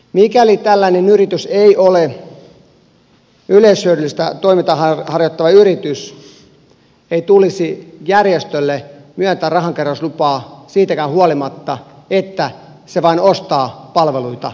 mikäli tällainen yritys ei ole yleishyödyllistä toimintaa harjoittava yritys ei tulisi järjestölle myöntää rahankeräyslupaa siitäkään huolimatta että se vain ostaa palveluita yritykseltä